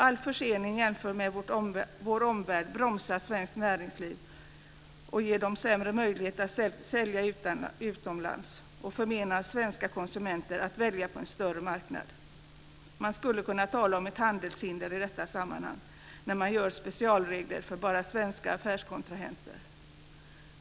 All försening jämfört med vår omvärld bromsar svenskt näringslivs möjligheter att sälja utomlands och förmenar svenska konsumenter möjligheten att välja på en större marknad. Man skulle kunna tala om handelshinder i detta sammanhang, när man gör specialregler för bara svenska affärskontrahenter.